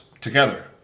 together